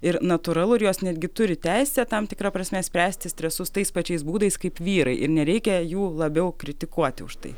ir natūralu ir jos netgi turi teisę tam tikra prasme spręsti stresus tais pačiais būdais kaip vyrai ir nereikia jų labiau kritikuoti už tai